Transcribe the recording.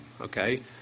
okay